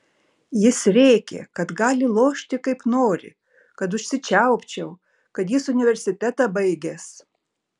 jis rėkė kad gali lošti kaip nori kad užsičiaupčiau kad jis universitetą baigęs